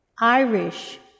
Irish